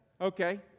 Okay